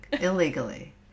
illegally